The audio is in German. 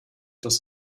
das